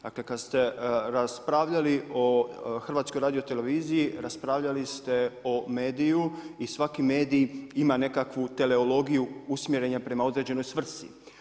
Dakle, kad ste raspravljali o HRT-u, raspravljali ste o mediju i svaki medij ima nekakvu teleologiju usmjerenja prema određenoj svrsi.